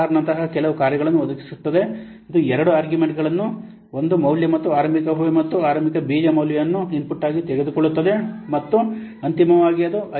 R ನಂತಹ ಕೆಲವು ಕಾರ್ಯಗಳನ್ನು ಒದಗಿಸುತ್ತದೆ ಇದು ಎರಡು ಆರ್ಗ್ಯುಮೆಂಟ್ಗಳನ್ನು ಒಂದು ಮೌಲ್ಯ ಮತ್ತು ಆರಂಭಿಕ ಊಹೆ ಮತ್ತು ಆರಂಭಿಕ ಬೀಜ ಮೌಲ್ಯವನ್ನು ಇನ್ಪುಟ್ ಆಗಿ ತೆಗೆದುಕೊಳ್ಳುತ್ತದೆ ಮತ್ತು ಅಂತಿಮವಾಗಿ ಅದು ಐ